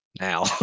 Now